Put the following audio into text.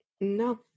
No